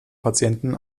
patienten